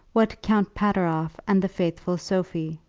what count pateroff and the faithful sophie?